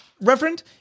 Reverend